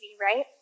right